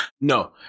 No